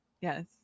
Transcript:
yes